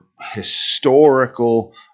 historical